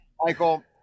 michael